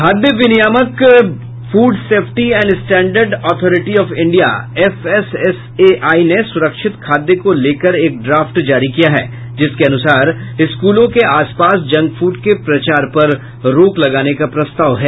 खाद्य विनियामक food safety and standard authority of India FSSAI ने सुरक्षित खाद्य को लेकर एक ड्राफ्ट जारी किया है जिसके अनुसार स्कूलों के आसपास जंकफूड के प्रचार पर रोक लगाने का प्रस्ताव है